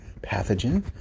pathogen